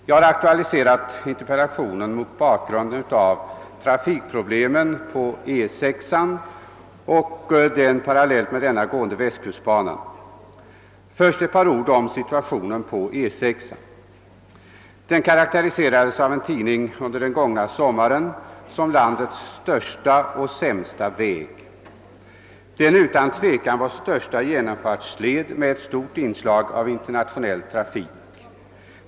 Jag har aktualiserat interpellationen mot bakgrund av trafikproblemen på E 6 och den parallellt med denna gående västkustbanan. Först ett par ord om situationen på E 6. Den karakteriserades av en tidning under den gångna sommaren som landets största och sämsta väg. Den är utan tvekan vår största genomfartsled med ett stort inslag av internationell trafik.